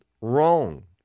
wrong